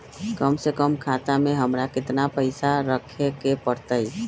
कम से कम खाता में हमरा कितना पैसा रखे के परतई?